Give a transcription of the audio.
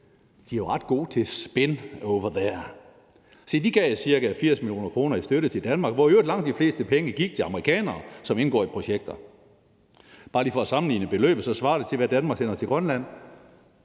de er ret gode til spin overthere. Se, de gav jo c.a 80 mio. kr. i støtte til Grønland, hvor lang de fleste penge i øvrigt gik til amerikanere, som indgår i projekter. Bare lige for at sammenligne beløbene svarer det til, hvad Danmark sender til Grønland